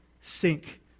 sink